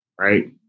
right